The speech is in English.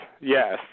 Yes